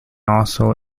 also